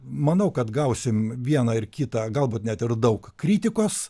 manau kad gausim vieną ir kitą galbūt net ir daug kritikos